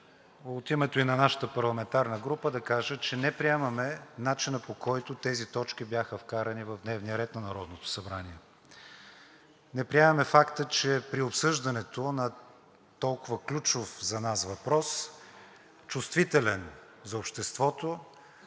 от името и на нашата парламентарна група да кажа, че не приемаме начина, по който тези точки бяха вкарани в дневния ред на Народното събрание. Не приемаме факта, че при обсъждането на толкова ключов за нас въпрос, чувствителен за обществото,